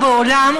באולם,